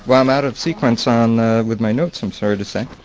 um i'm out of sequence on with my notes, i'm sorry to say.